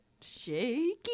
shaky